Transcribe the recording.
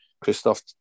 Christoph